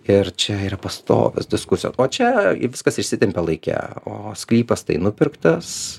ir čia yra pastovios diskusijos o čia viskas išsitempia laike o sklypas tai nupirktas